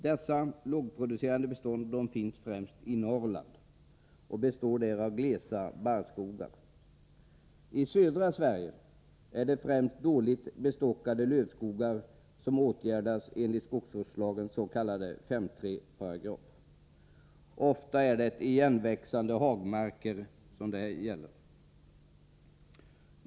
Dessa lågproducerande bestånd finns främst i Norrland och består av glesa barrskogar. I södra Sverige är det främst dåligt bestockade lövskogar som åtgärdas enligt skogsvårdslagens 5:3 §. Ofta gäller det igenväxande hagmarker.